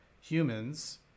humans